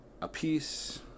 apiece